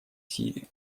сирии